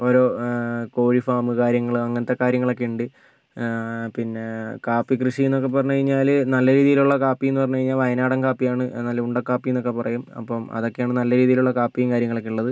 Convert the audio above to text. ഓരോ കോഴി ഫാമ് കാര്യങ്ങൾ അങ്ങനത്തെ കാര്യങ്ങളക്കെയുണ്ട് പിന്നെ കാപ്പി കൃഷിന്നൊക്കെ പറഞ്ഞ് കഴിഞ്ഞാൽ നല്ല രീതിയിലുള്ള കാപ്പിന്ന് പറഞ്ഞ് കഴിഞ്ഞാൽ വയനാടൻ കാപ്പിയാണ് നല്ല ഉണ്ട കാപ്പിന്നൊക്കെ പറയും അപ്പം അതൊക്കെയാണ് നല്ല രീതിയിലൊള്ള കാപ്പിയും കാര്യങ്ങളക്കെ ഉ ള്ളത്